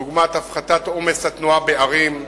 דוגמת הפחתת עומס התנועה בערים,